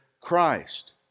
Christ